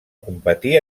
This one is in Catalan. competir